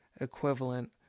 equivalent